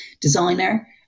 designer